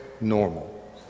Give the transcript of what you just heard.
normal